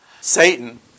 Satan